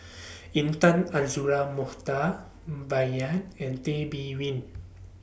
Intan Azura Mokhtar Bai Yan and Tay Bin Win